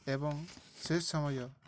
ଏବଂ ସେ ସମୟ